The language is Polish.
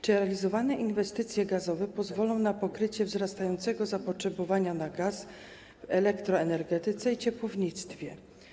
Czy realizowane inwestycje gazowe pozwolą na pokrycie wzrastającego zapotrzebowania na gaz w elektroenergetyce i ciepłownictwie?